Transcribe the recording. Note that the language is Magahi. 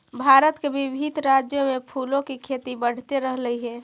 भारत के विभिन्न राज्यों में फूलों की खेती बढ़ते रहलइ हे